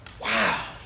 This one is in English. Wow